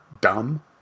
dumb